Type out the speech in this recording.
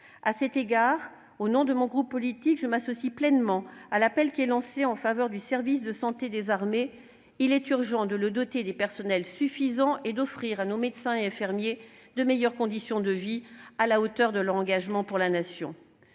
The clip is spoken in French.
À cet égard, au nom de mon groupe politique, je m'associe pleinement à l'appel lancé en faveur du service de santé des armées. Il est urgent de doter ce service des personnels suffisants et d'offrir à nos médecins et infirmiers de meilleures conditions de vie, à la hauteur de leur engagement pour la Nation.